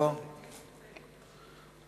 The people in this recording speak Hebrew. אני מסתפקת בתשובה.